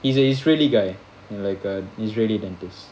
his a israeli guy like a israeli dentist